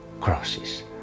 crosses